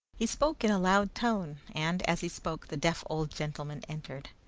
he spoke in a loud tone and, as he spoke, the deaf old gentleman entered.